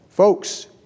Folks